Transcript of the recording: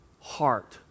heart